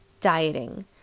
dieting